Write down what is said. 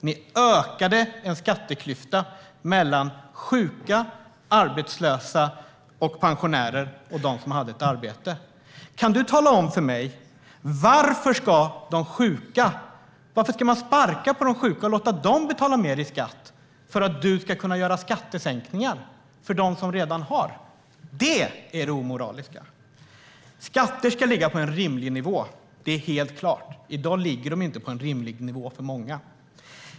Ni ökade en skatteklyfta mellan å ena sidan sjuka, arbetslösa och pensionärer och å andra sidan människor som hade ett arbete. Kan du, Erik Andersson, tala om för mig varför man ska sparka på de sjuka och låta dem betala mer i skatt för att du ska kunna genomföra skattesänkningar för dem som redan har det gott ställt? Detta är det omoraliska. Skatter ska ligga på en rimlig nivå; det är helt klart. I dag ligger de för många inte på en rimlig nivå.